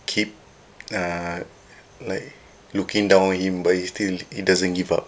keep err like looking down on him but he still he doesn't give up